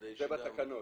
זה בתקנות.